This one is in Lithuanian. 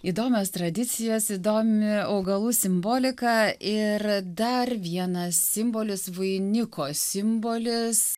įdomios tradicijos įdomi augalų simbolika ir dar vienas simbolis vainiko simbolis